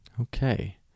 Okay